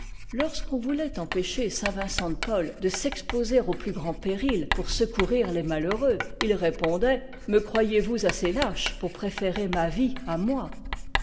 lorsqu'on voulait empêcher saint vincent de paul de s'exposer aux plus grands périls pour secourir les malheureux il répondait me croyez vous assez lâche pour préférer ma vie à moi